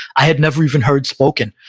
i had never even heard spoken.